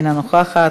אינה נוכחת,